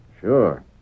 Sure